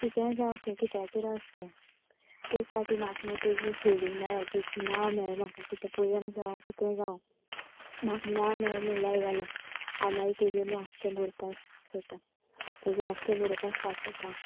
कितें जावं तें कित्याचेर आसूं तें एक पाटी म्हाका न्हू तेजी हेडींग मेळाची नांव मेळ्ळें म्हाका कितें पोयम जावं कितें जावं म्हाका नांव मेळ्ळें म्हणल्यार जालें हांव मागीर तेजे न्हू आख्खें बरवपा सोदता तेजे आख्खें बरवपा स्टार्ट कोत्ता हांव